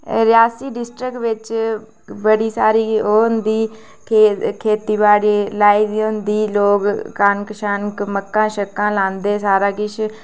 Reasi district बिच बड़ी सारी ओह् होंदी खेत बाड़ी लाई दी होंदी लोग कनक मक्कां लांदे सारा किश